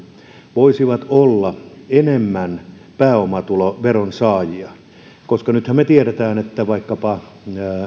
voisivat olla enemmän pääomatuloveron saajia nythän me tiedämme että vaikkapa